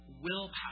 willpower